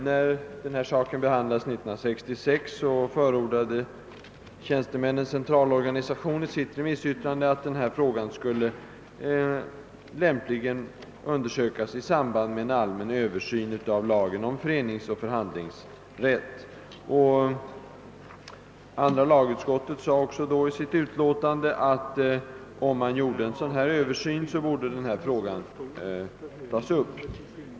När saken behandlades år 1966 förordade Tjänstemännens centralorganisation i sitt remissyttrande att denna fråga lämpligen skulle prövas i samband med en allmän översyn av lagen om föreningsoch förhandlingsrätt. Andra lagutskottet framhöll i sitt utlåtande, att om man gjorde en sådan översyn, så borde denna fråga tas upp.